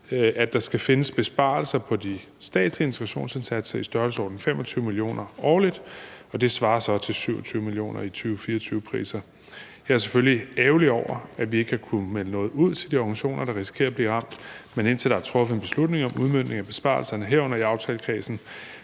at der skal findes besparelser på de statslige integrationsindsatser i størrelsesordenen 25 mio. kr. årligt. Det svarer så til 27 mio. kr. i 2024-priser. Jeg er selvfølgelig ærgerlig over, at vi ikke har kunnet melde noget ud til de organisationer, der risikerer at blive ramt, men indtil der er truffet en beslutning om udmøntning af besparelserne, herunder i aftalekredsen,